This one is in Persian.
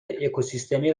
اکوسیستمی